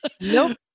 Nope